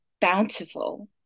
bountiful